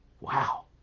Wow